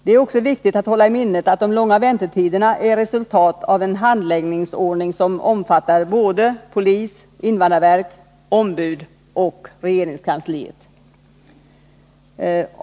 Det är också viktigt att hålla i minnet att de långa väntetiderna är resultatet av en handläggningsordning som omfattar polis, invandrarverk, ombud och regeringskansli.